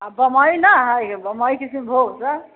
आ बम्बई ना हय बम्बई किसनभोग सब